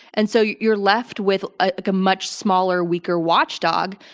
and so, you're left with a much smaller weaker watchdog,